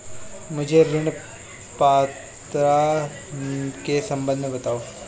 मुझे ऋण पात्रता के सम्बन्ध में बताओ?